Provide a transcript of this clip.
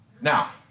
Now